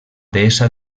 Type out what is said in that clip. deessa